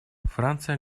франция